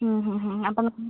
ഹ്മ് ഹ്മ് ഹ്മ് അപ്പം